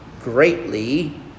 greatly